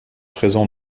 présent